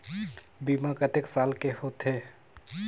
बीमा कतेक साल के होथे?